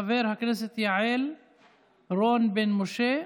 חברת הכנסת יעל רון בן משה,